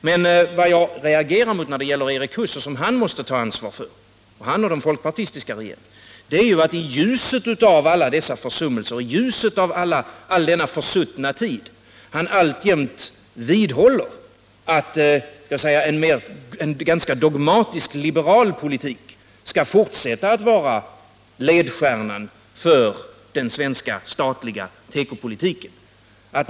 Men vad jag reagerar mot när det gäller Erik Huss, och som han och den folkpartistiska regeringen måste ta ansvar för, är att han i ljuset av alla dessa försummelser och mot bakgrund av all denna försuttna tid alltjämt vidhåller att en ganska dogmatisk liberal politik skall fortsätta att vara ledstjärnan för den svenska statliga tekopolitiken.